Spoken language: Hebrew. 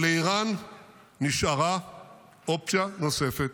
אבל לאיראן נשארה אופציה נוספת